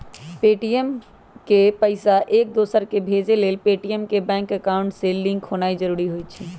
Paytm से पईसा एकदोसराकेँ भेजे लेल पेटीएम के बैंक अकांउट से लिंक होनाइ जरूरी होइ छइ